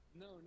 No